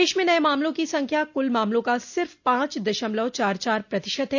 देश में नये मामलों की संख्या कुल मामलों का सिर्फ़ पांच दशमलव चार चार प्रतिशत है